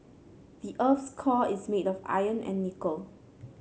the earth's core is made of iron and nickel